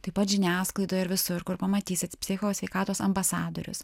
taip pat žiniasklaidoje ir visur kur pamatysit psichiko sveikatos ambasadorius